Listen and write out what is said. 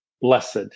blessed